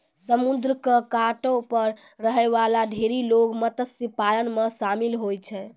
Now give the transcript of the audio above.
समुद्र क कातो म रहै वाला ढेरी लोग मत्स्य पालन म शामिल होय छै